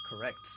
Correct